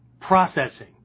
processing